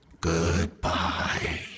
Goodbye